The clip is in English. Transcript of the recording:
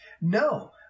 no